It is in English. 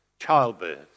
childbirth